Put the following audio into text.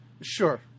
Sure